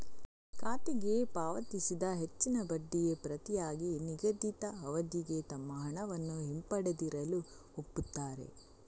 ಖಾತೆಗೆ ಪಾವತಿಸಿದ ಹೆಚ್ಚಿನ ಬಡ್ಡಿಗೆ ಪ್ರತಿಯಾಗಿ ನಿಗದಿತ ಅವಧಿಗೆ ತಮ್ಮ ಹಣವನ್ನು ಹಿಂಪಡೆಯದಿರಲು ಒಪ್ಪುತ್ತಾರೆ